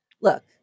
look